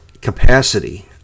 capacity